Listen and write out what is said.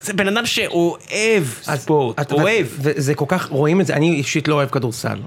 זה בן אדם שאוהב ספורט, אוהב. זה כל כך, רואים את זה, אני אישית לא אוהב כדורסל.